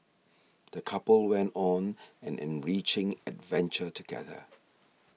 the couple went on an enriching adventure together